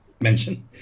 mention